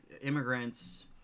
immigrants